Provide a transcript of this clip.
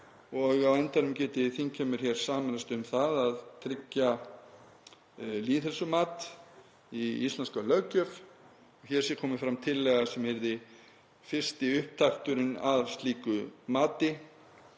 og á endanum geti þingheimur sameinast um að tryggja lýðheilsumat í íslenska löggjöf. Að hér sé komin fram tillaga sem yrði fyrsti upptakturinn að slíku mati.